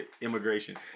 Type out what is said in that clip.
immigration